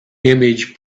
image